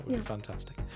Fantastic